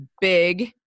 big